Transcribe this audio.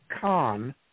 Khan